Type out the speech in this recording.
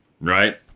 right